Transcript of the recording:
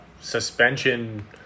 suspension